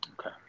Okay